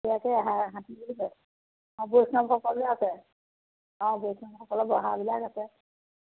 এয়াকে হাতী বুলি কয় অঁ বৈষ্ণৱসকলো আছে অঁ বৈষ্ণৱসকলৰ বহাবিলাক আছে